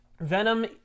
Venom